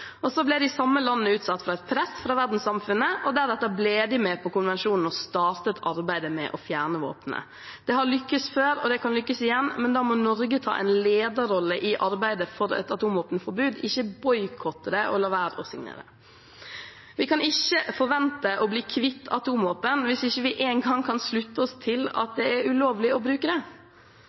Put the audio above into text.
og så ble de samme landene utsatt for et press fra verdenssamfunnet, og deretter ble de med på konvensjonen og startet arbeidet med å fjerne våpnene. Det har lyktes før, og det kan lykkes igjen, men da må Norge ta en lederrolle i arbeidet for et atomvåpenforbud og ikke boikotte det og la være å signere. Vi kan ikke forvente å bli kvitt atomvåpen hvis vi ikke engang kan slutte oss til at det er ulovlig å bruke det.